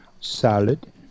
salad